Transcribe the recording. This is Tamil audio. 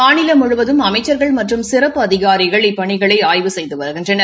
மாநிலம் முழுவதும் அமைச்சர்கள் மற்றும் சிறப்பு அதிகாரிகள் இப்பணிகளை ஆய்வு செய்து வருகின்றனர்